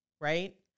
Right